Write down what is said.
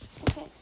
Okay